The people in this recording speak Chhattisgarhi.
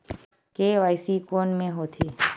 के.वाई.सी कोन में होथे?